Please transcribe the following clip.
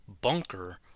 bunker